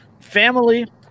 family